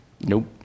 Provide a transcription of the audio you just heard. Nope